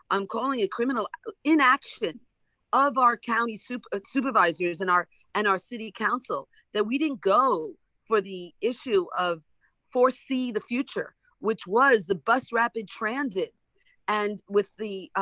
i'm calling it criminal inaction of our county ah supervisors and our and our city council that we didn't go for the issue of foresee the future which was the bus rapid transit and with the